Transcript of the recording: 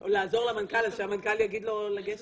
או לעזור למנכ"ל, אז שהמנכ"ל יגיד לו לגשת.